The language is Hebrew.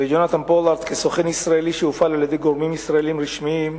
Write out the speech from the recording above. ביונתן פולארד כסוכן ישראלי שהופעל על-ידי גורמים ישראליים רשמיים,